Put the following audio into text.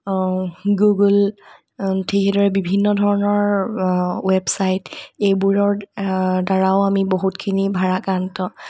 Google ঠিক সেইদৰে বিভিন্ন ধৰণৰ ৱেবচাইট এইবোৰৰ দ্বাৰাও আমি বহুতখিনি ভাৰাক্ৰান্ত